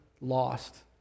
lost